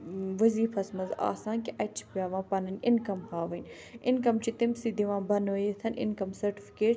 وظیٖفس منٛز آسان کہِ اَتہِ چھِ پیٚوان پَنٕنۍ اِنکَم ہاوٕنۍ اِنکَم چھِ تٔمسٕے دِوان بَنٲیِتھ اِنکَم سٔرٹِفِکیٹ